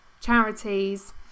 charities